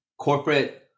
Corporate